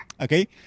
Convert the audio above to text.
okay